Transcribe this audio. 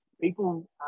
people